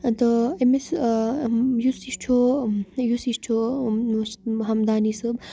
تہٕ أمِس یُس یہِ چھُ یُس یہِ چھُ یُس ہمدانی صٲب